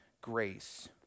grace